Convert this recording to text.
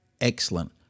excellent